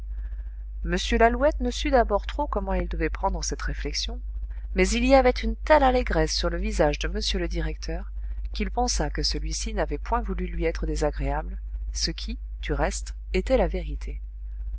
m lalouette ne sut d'abord trop comment il devait prendre cette réflexion mais il y avait une telle allégresse sur le visage de m le directeur qu'il pensa que celui-ci n'avait point voulu lui être désagréable ce qui du reste était la vérité